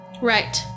Right